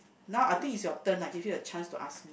now I think is your turn lah give you a chance to ask me